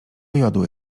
jodły